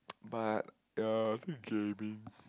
but the gaming